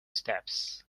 steps